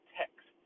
text